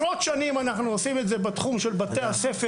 את זה במשך עשרות שנים בתחום של בתי הספר,